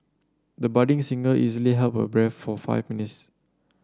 the budding singer easily held her breath for five minutes